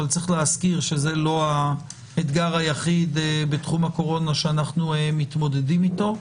אבל צריך להסביר שזה לא האתגר היחיד בתחום הקורונה שאנחנו מתמודדים אתו.